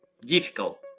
difficult